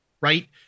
right